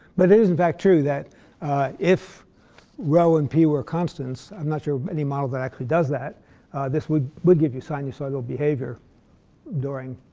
but it is, in fact, true that if rho and p were constants i'm not sure of any model that actually does that this would would give you sinusoidal behavior during